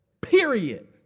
Period